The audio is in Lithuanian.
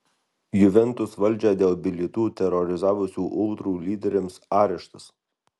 juventus valdžią dėl bilietų terorizavusių ultrų lyderiams areštas